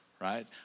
right